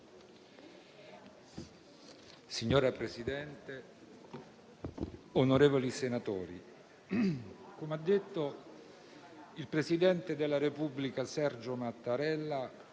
Signor Presidente, onorevoli senatori, come ha detto il presidente della Repubblica Sergio Mattarella,